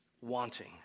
wanting